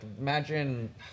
imagine